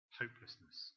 hopelessness